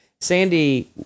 Sandy